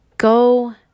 Go